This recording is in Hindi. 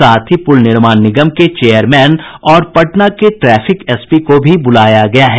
साथ ही पुल निर्माण निगम के चेयरमैन और पटना के ट्रैफिक एसपी को भी बुलाया गया है